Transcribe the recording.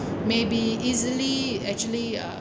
maybe easily actually uh